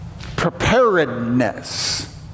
preparedness